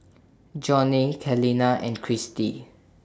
Johney Celina and Cristi